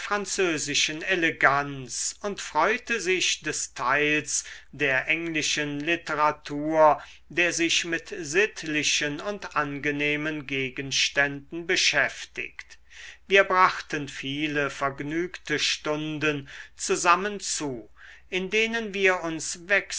französischen eleganz und freute sich des teils der englischen literatur der sich mit sittlichen und angenehmen gegenständen beschäftigt wir brachten viele vergnügte stunden zusammen zu in denen wir uns